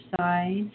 size